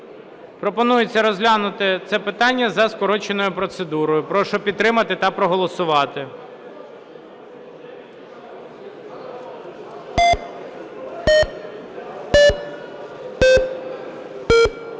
Пропонується розглянути це питання за скороченою процедурою. Прошу підтримати та проголосувати.